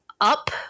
up